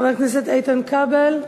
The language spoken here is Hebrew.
חבר הכנסת איתן כבל,